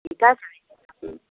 ঠিক